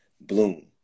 bloom